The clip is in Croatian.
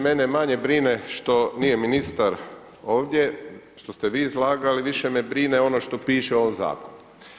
Mene manje brine što nije ministar ovdje, što ste vi izlagali, više me brine ono što piše u ovom zakonu.